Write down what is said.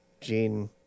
Gene